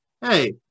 hey